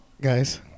guys